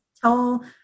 Tell